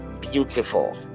beautiful